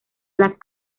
las